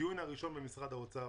מהדיון הראשון במשרד האוצר